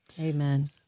Amen